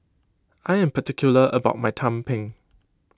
I am particular about my Tumpeng